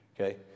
Okay